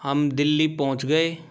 हम दिल्ली पहुँच गए